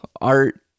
art